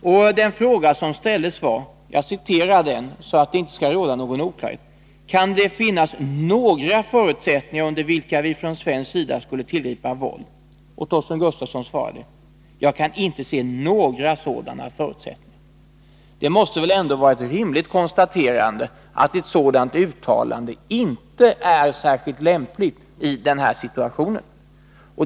För att det inte skall råda någon oklarhet citerar jag den fråga som ställdes till honom: ”Kan det finnas några förutsättningar under vilka vi från svensk sida skulle tillgripa våld?” Torsten Gustafsson svarade: ”Jag kan inte se några sådana förutsättningar.” Ett rimligt konstaterande är väl att ett sådant uttalande inte var särskilt lämpligt i 50 den rådande situationen.